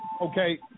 Okay